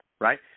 Right